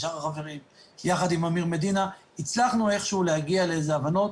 עם אמיר מדינה ועם שאר החברים הצלחנו איכשהו להגיע לאיזשהם הבנות